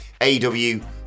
AEW